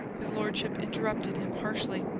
his lordship interrupted him harshly.